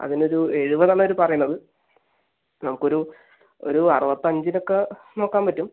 അതിന് ഒരു എഴുപതാണ് അവർ പറയുന്നത് നമുക്കൊരു ഒരു അറുപത്തഞ്ചിനൊക്കെ നോക്കാൻ പറ്റും